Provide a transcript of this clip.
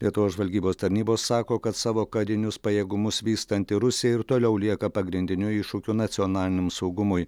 lietuvos žvalgybos tarnybos sako kad savo karinius pajėgumus vystanti rusija ir toliau lieka pagrindiniu iššūkiu nacionaliniam saugumui